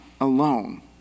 alone